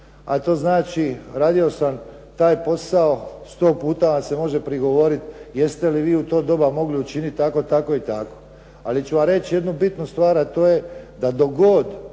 a to znači radio sam taj posao. Sto puta vam se može prigovoriti jeste li vi u to doba mogli učiniti tako, tako i tako. Ali ću vam reći jednu bitnu stvar, a to je da dok god